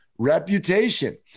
reputation